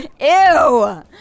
Ew